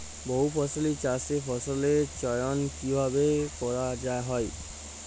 বহুফসলী চাষে ফসলের চয়ন কীভাবে করা হয়?